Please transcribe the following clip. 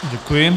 Děkuji.